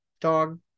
dog